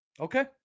okay